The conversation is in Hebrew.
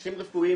אנשים רפואיים,